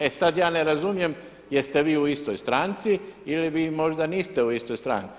E sada ja ne razumijem jeste vi u istoj stranci ili vi možda niste u istoj stranci.